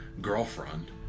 girlfriend